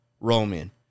Roman